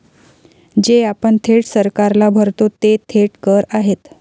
जे आपण थेट सरकारला भरतो ते थेट कर आहेत